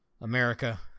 America